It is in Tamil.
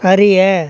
அறிய